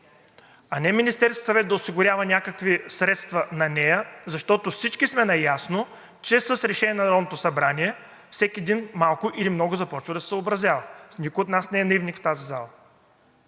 а не Министерският съвет да осигурява някакви средства на нея, защото всички сме наясно, че с решение на Народното събрание всеки един малко или много започва да се съобразява. Никой от нас не е наивник в тази зала.